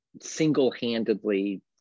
single-handedly